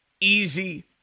easy